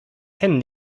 kennen